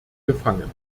gefangen